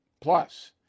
Plus